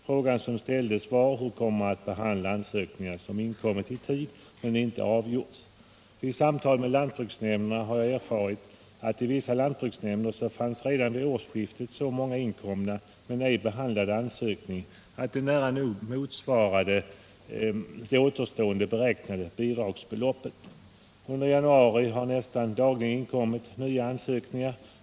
Frågan som ställdes var hur sådana ansökningar skulle behandlas som inkommit i tid men inte avgjorts. Vid samtal med lantbruksnämnderna har jag erfarit att det i vissa lantbruksnämnder redan vid årsskiftet fanns så många inkomna men ej behandlade ansökningar att de nära nog motsvarade hela det återstående beräknade bidragsbeloppet. Under januari har sedan nästan dagligen inkommit nya ansökningar.